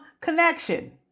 connection